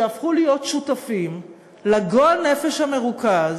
שהפכו להיות שותפים לגועל-נפש המרוכז